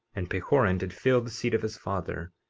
and pahoran did fill the seat of his father,